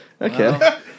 Okay